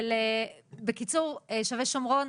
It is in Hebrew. שלב קיצור שבי שומרון,